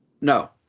No